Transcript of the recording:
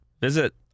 Visit